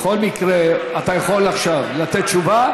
מקרה, אתה יכול עכשיו לתת תשובה.